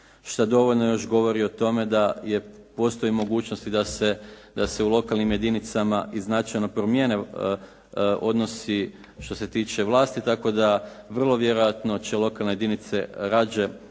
što dovoljno još govori o tome da postoje mogućnosti da se u lokalnim jedinicama i značajno promjene odnosi što se tiče vlasti, tako da vrlo vjerojatno će lokalne jedinice radije